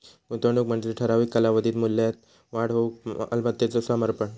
गुंतवणूक म्हणजे ठराविक कालावधीत मूल्यात वाढ होऊक मालमत्तेचो समर्पण